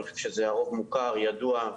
אני חושב שהרוב מוכר, ידוע.